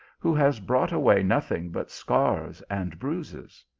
who has brought away nothing but scars and bruises.